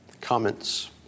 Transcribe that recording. Comments